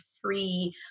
free